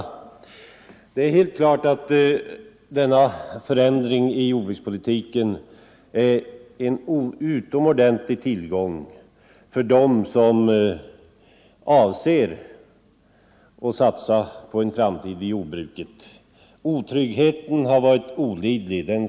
Det är helt klart att denna förändring i jordbrukspolitiken är en utomordentlig tillgång för dem som avser att satsa på en framtid i jordbruket. Otryggheten har varit olidlig.